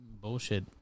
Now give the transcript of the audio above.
bullshit